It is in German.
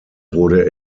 wurde